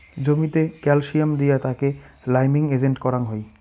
জমিতে ক্যালসিয়াম দিয়া তাকে লাইমিং এজেন্ট করাং হই